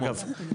אגב,